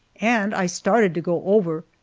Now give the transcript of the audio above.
and i started to go over,